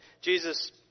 Jesus